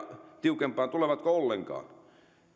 tiukempaan tulevatko ollenkaan kaikki